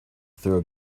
through